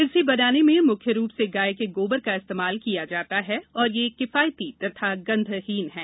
इसे बनाने में मुख्य रूप से गाय के गोबर का इस्तेमाल किया जाता है और यह किफायती तथा गंधहीन है